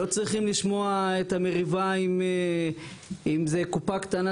לא צריכים לשמוע את המריבה אם זו קופה קטנה